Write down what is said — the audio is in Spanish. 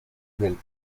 del